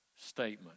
statement